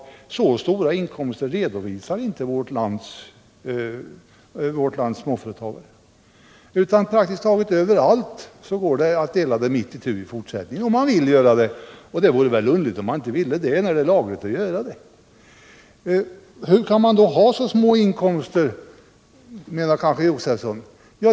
En så stor inkomst redovisar inte vårt lands småföretagare, utan praktiskt taget överallt går det i fortsättningen att dela inkomsten mitt itu, om nan vill göra det — och det vore ju underligt om man inte ville det, när det är laghigt att göra det. Hur kan man då ha så små inkomster, undrar kanske herr Josefson. Jo.